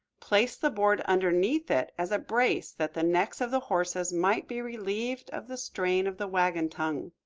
place the board underneath it as a brace that the necks of the horses might be relieved of the strain of the wagon tongue.